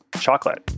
chocolate